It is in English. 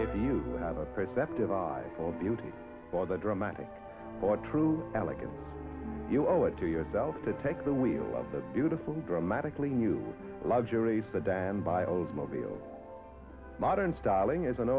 if you have a perceptive eye for beauty or the dramatic for true elegance you owe it to yourself to take the wheel of the beautiful dramatically new luxury sedan by oldsmobile modern styling is an